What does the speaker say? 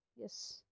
Yes